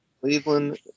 Cleveland